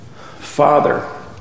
Father